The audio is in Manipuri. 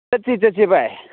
ꯆꯠꯁꯤ ꯆꯠꯁꯤ ꯚꯥꯏ